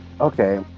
Okay